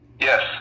Yes